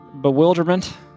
bewilderment